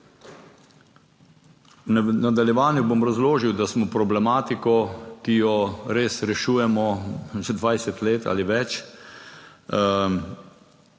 nadaljevanju bom razložil, da smo problematiko, ki jo res rešujemo že 20 let ali več,